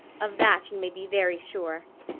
of that you may be very sure.